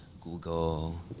Google